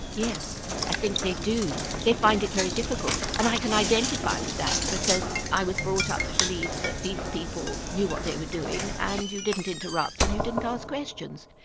yes, i think they do, they find it very difficult and i can identify with that because i was brought up to believe that these people knew what they were doing and you didn't interrupt and you didn't ask questions.